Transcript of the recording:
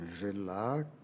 relax